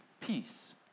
peace